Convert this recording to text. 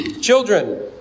Children